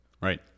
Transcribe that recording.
right